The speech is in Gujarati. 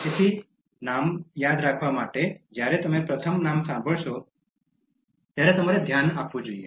તેથી નામો યાદ રાખવા માટે જ્યારે તમે પ્રથમ નામ સાંભળશો ત્યારે તમારે ધ્યાન આપવું જોઈએ